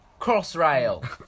Crossrail